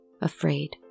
afraid